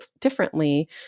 differently